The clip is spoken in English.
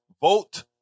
vote